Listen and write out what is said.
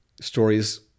stories